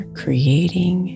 creating